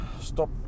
stop